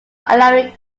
allowing